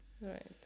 Right